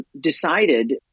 decided